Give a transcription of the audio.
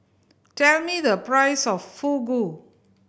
tell me the price of Fugu